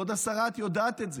כבוד השרה, את יודעת את זה,